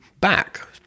back